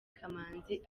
kamanzi